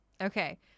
Okay